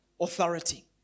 authority